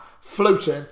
floating